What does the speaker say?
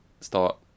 start